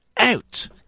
out